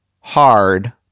hard